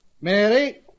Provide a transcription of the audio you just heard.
Mary